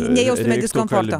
nejaustumėt diskomforto